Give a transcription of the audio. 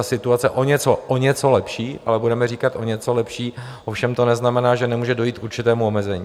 Situace bude o něco o něco lepší, ale budeme říkat o něco lepší, ovšem to neznamená, že nemůže dojít k určitému omezení.